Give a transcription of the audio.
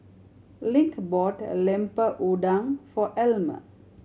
Link brought Lemper Udang for Elmer